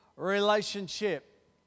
Relationship